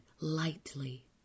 lightly